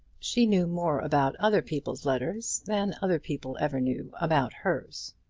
she knew more about other people's letters than other people ever knew about hers.